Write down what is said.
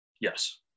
Yes